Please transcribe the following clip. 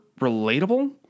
relatable